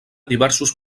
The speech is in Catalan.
diversos